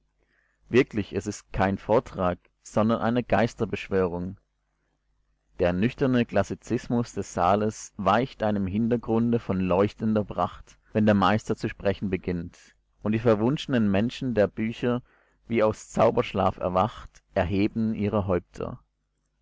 wirklich es ist kein vortrag sondern eine geisterbeschwörung der nüchterne klassizismus des saales weicht einem hintergrunde von leuchtender pracht wenn der meister zu sprechen beginnt und die verwunschenen menschen der bücher wie aus zauberschlaf erwacht erheben ihre häupter